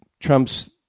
Trump's